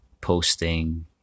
posting